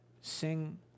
sing